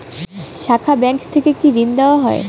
শাখা ব্যাংক থেকে কি ঋণ দেওয়া হয়?